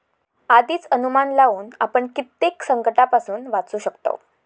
आधीच अनुमान लावुन आपण कित्येक संकंटांपासून वाचू शकतव